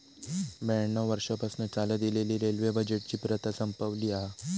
ब्याण्णव वर्षांपासना चालत इलेली रेल्वे बजेटची प्रथा संपवली हा